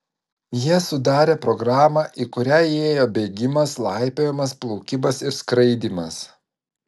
jie sudarė programą į kurią įėjo bėgimas laipiojimas plaukimas ir skraidymas